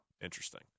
Interesting